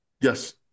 Yes